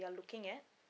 you are looking at